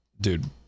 dude